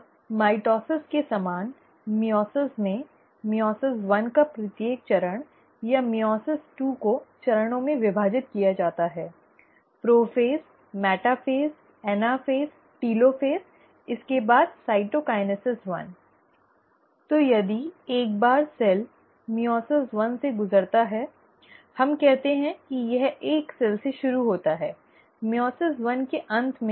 अब माइटोसिस के समान मइओसिस में मइओसिस एक का प्रत्येक चरण या मइओसिस दो को चरणों में विभाजित किया जाता है प्रोफेज़ मेटाफ़ेज़ एनाफ़ेज़ टेलोफ़ेज़ इसके बाद साइटोकाइनेसिस एक तो यदि एक बार सेल मइओसिस एक से गुजरता है हम कहते हैं कि यह एक सेल से शुरू होता है मइओसिस एक के अंत में इसकी दो कोशिकाएँ होंगी ठीक है